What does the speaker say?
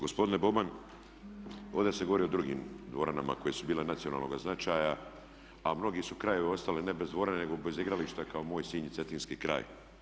Gospodine Baban, ovdje se govori o drugim dvoranama koje su bile nacionalnoga značaja, a mnogi su krajevi ostali ne bez dvorane nego bez igrališta kao moj Sinj i Cetinski kraj.